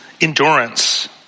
endurance